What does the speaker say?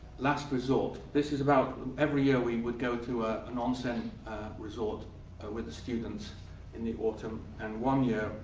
last resort. this is about every year, we would go to a an onsen resort with the students in the autumn. and one year,